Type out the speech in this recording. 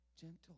gentle